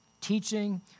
teaching